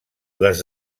les